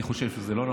אני חושב שזה לא נכון.